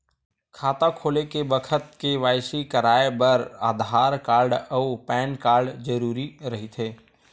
खाता खोले के बखत के.वाइ.सी कराये बर आधार कार्ड अउ पैन कार्ड जरुरी रहिथे